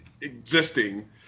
existing